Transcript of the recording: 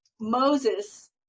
Moses